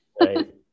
Right